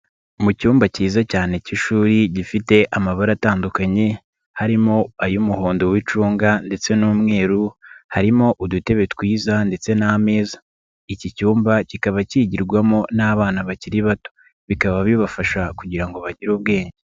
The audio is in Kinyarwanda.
Mu cyumba cyiza cyane k'ishuri gifite amabara atandukanye harimo ay'umuhondo w'icunga ndetse n'umweru harimo udutebe twiza ndetse n'amezaza iki cyumba kikaba kigirwamo n'abana bakiri bato bikaba bibafasha kugira ngo bagire ubwenge.